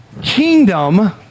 Kingdom